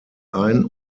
ein